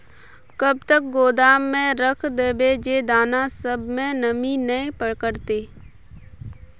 कब तक गोदाम में रख देबे जे दाना सब में नमी नय पकड़ते?